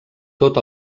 tot